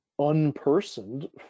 unpersoned